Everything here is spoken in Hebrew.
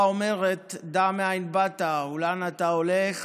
התורה אומרת: "דע מאין באת ולאן אתה הולך